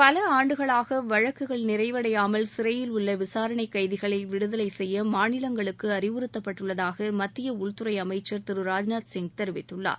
பல ஆண்டுகளாக வழக்கு நிறைவடையாமல் சிறையில் உள்ள விசாரணை கைதிகளை விடுதலை செய்ய மாநிலங்களுக்கு அறிவறுத்தப்பட்டுள்ளதாக மத்திய உள்துறை அமைச்சர் திரு ராஜ்நாத் சிங் தெரிவித்துள்ளார்